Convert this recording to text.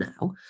now